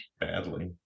Badly